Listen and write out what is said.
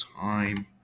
time